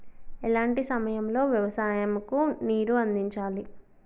ఎలాంటి సమయం లో వ్యవసాయము కు నీరు అందించాలి?